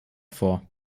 vor